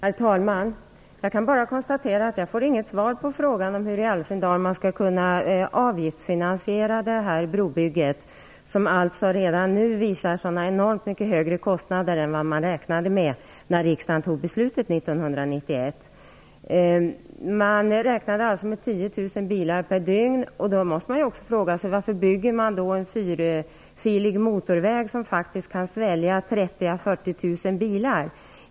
Herr talman! Jag kan bara konstatera att jag inte får något svar på frågan om hur detta brobygge skall kunna avgiftsfinansieras, eftersom det redan nu visar sig dra enormt mycket högre kostnader än vad man räknade med när riksdagen fattade beslutet 1991. Man räknade alltså med 10 000 bilar per dygn, och då är frågan varför det skall byggas en fyrfilig motorväg som kan svälja 30 000 à 40 000 bilar.